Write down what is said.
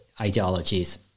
ideologies